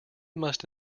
must